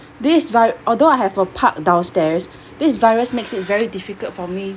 this is why although I have a park downstairs this virus makes it very difficult for me